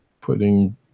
putting